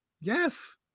Yes